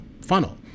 funnel